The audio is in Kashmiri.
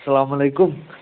سَلام علیکُم